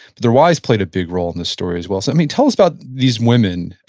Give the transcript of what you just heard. but their wives played a big role in this story as well. so i mean tell us about these women.